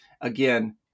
again